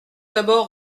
d’abord